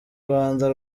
rwanda